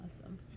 awesome